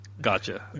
Gotcha